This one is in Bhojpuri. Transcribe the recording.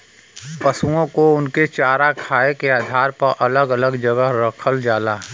पसुओ को उनके चारा खाए के आधार पर अलग अलग जगह रखल जाला